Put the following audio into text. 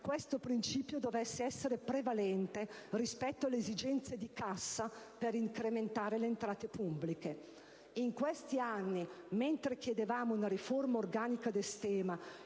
questo principio dovrebbe essere prevalente rispetto alle esigenze di cassa volta a incrementare le entrate pubbliche. In questi anni, mentre chiedevamo una riforma organica del sistema